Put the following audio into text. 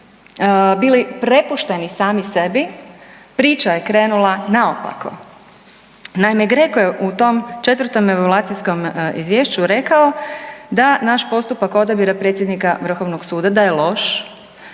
bili prepušteni sami sebi priča je krenula naopako. Naime, GRECO je u tom 4 evaluacijskom izvješću rekao da naš postupak odabira predsjednika Vrhovnog suda da je loš,